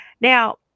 now